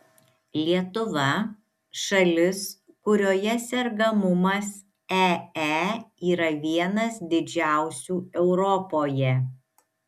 lietuva šalis kurioje sergamumas ee yra vienas didžiausių europoje